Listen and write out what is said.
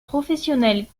professionnelles